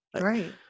Right